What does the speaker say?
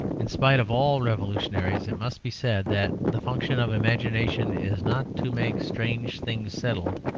in spite of all revolutionaries it must be said that the function of imagination is not to make strange things settled,